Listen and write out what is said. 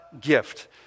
gift